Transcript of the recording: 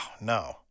no